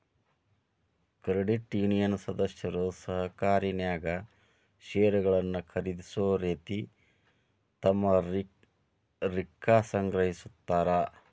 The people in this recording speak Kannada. ಕ್ರೆಡಿಟ್ ಯೂನಿಯನ್ ಸದಸ್ಯರು ಸಹಕಾರಿನ್ಯಾಗ್ ಷೇರುಗಳನ್ನ ಖರೇದಿಸೊ ರೇತಿ ತಮ್ಮ ರಿಕ್ಕಾ ಸಂಗ್ರಹಿಸ್ತಾರ್